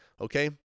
okay